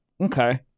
Okay